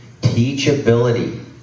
Teachability